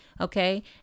Okay